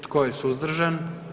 Tko je suzdržan?